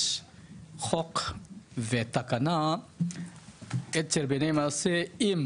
יש חוק ותקנה --- מהיום שעוברים